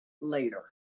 later